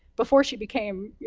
before she became, you